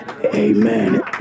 Amen